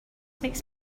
makes